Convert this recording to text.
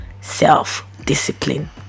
self-discipline